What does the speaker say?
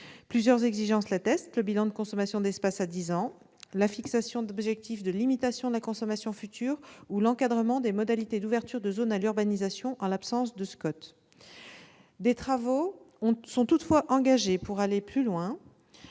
Plusieurs exigences l'attestent : le bilan de consommation d'espace à dix ans, la fixation d'objectifs de limitation de la consommation future ou l'encadrement des modalités d'ouverture de zones à l'urbanisation en l'absence de SCOT. Des travaux sont toutefois engagés pour aller plus loin,